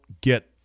get